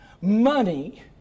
money